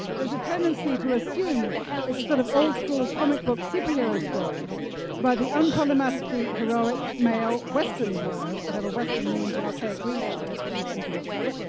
there's a tendency to assume it's a sort of old school comic book superhero story about the unproblematically heroic male, western hero, whatever western means in archaic greece i don't know if it means anything whatsoever,